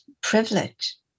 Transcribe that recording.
privilege